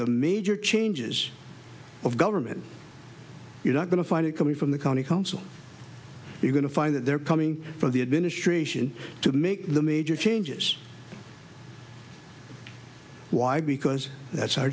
the major changes of government you're not going to find it coming from the county council you're going to find that they're coming for the administration to make the major changes why because that's our